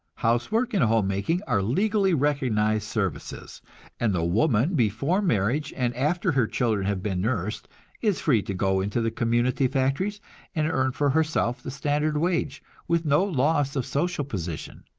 housework and home-making are legally recognized services and the woman before marriage and after her children have been nursed is free to go into the community factories and earn for herself the standard wage, with no loss of social position.